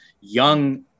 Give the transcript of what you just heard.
young